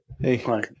Hey